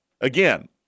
Again